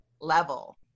level